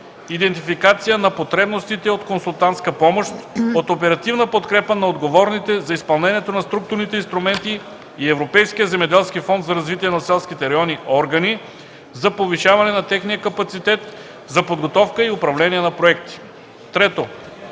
идентификация на потребностите от консултантска помощ, от оперативна подкрепа на отговорните за изпълнението на Структурните инструменти и Европейския земеделски фонд за развитие на селските райони органи за повишаване на техния капацитет за подготовка и управление на проекти. 3.